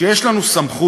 יש לנו סמכות,